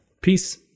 Peace